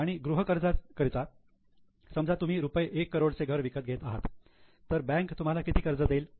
आणि गृहकर्जाचा करिता समजा तुम्ही रुपये एक करोड चे घर विकत घेत आहात तर बँक तुम्हाला किती कर्ज देईल